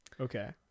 Okay